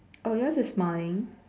oh yours is smiling